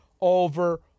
over